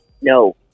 No